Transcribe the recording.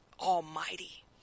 almighty